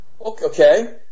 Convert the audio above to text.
Okay